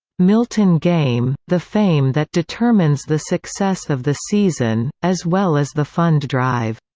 milton game the fame that determines the success of the season, as well as the fund drive.